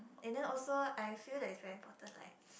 and then also I feel that it's very important like